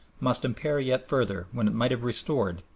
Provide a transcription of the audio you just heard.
must impair yet further, when it might have restored,